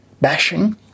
bashing